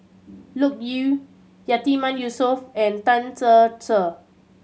Loke Yew Yatiman Yusof and Tan Ser Cher